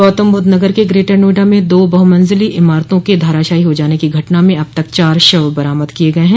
गौतमबूद्ध नगर के ग्रेटर नोएडा में दो बहमंजिली इमारतों के धराशायी हो जाने की घटना में अब तक चार शव बरामद किये गये हैं